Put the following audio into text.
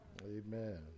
Amen